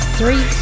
three